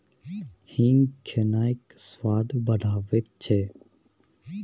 हींग खेनाइक स्वाद बढ़ाबैत छै